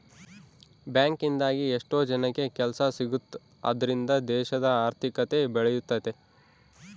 bank ಇಂದಾಗಿ ಎಷ್ಟೋ ಜನಕ್ಕೆ ಕೆಲ್ಸ ಸಿಗುತ್ತ್ ಅದ್ರಿಂದ ದೇಶದ ಆರ್ಥಿಕತೆ ಬೆಳಿಯುತ್ತೆ